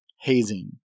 hazing